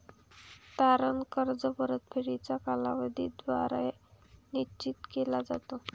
तारण कर्ज परतफेडीचा कालावधी द्वारे निश्चित केला जातो